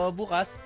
bukas